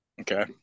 Okay